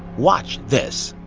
watch this